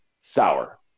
sour